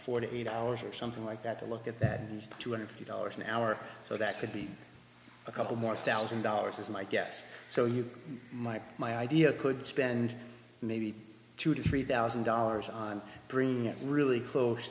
forty eight hours or something like that to look at that is two hundred fifty dollars an hour so that could be a couple more thousand dollars is my guess so you might my idea could spend maybe two to three thousand dollars on bringing it really close